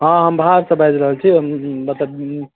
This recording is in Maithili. हँ हम बाहरसँ बाजि रहल छी मतलब